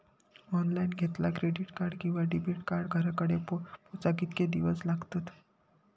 Online घेतला credit card किंवा debit card घराकडे पोचाक कितके दिस लागतत?